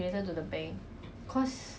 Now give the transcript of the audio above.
why sia